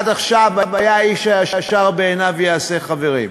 עד עכשיו היה איש הישר בעיניו יעשה, חברים.